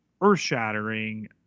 earth-shattering